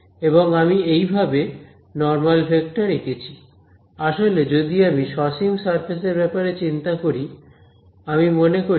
এবং আমি এইভাবে নরমাল ভেক্টর এঁকেছি আসলে যদি আমি সসীম সারফেস এর ব্যাপারে চিন্তা করি আমি মনে করি S∞ সসীম ভলিউম